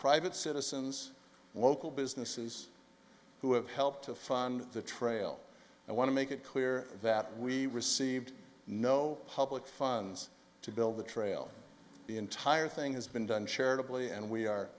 private citizens and local businesses who have helped to fund the trail and want to make it clear that we received no public funds to build the trail the entire thing has been done charitably and we are